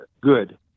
good